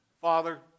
Father